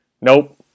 Nope